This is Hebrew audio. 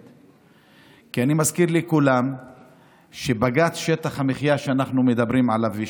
כי אני מזכיר לכולם שבג"ץ שטח המחיה שאנחנו מדברים עליו,